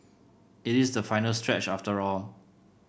it is the final stretch after all